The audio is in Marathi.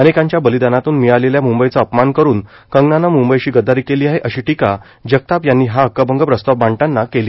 अनेकांच्या बलिदानातून मिळालेल्या मूंबईचा अपमान करून कंगनानं मूंबईशी गद्दारी केली आहे अशी टीका जगताप यांनी हा हक्कभंग प्रस्ताव मांडताना केली